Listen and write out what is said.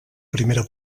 primera